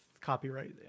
copyright